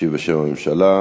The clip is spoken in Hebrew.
ישיב בשם הממשלה.